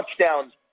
touchdowns